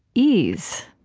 ease,